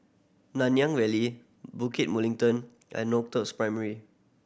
Nanyang Valley Bukit Mugliston and Northoaks Primary